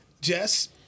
Jess